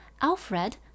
Alfred